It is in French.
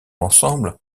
l’ensemble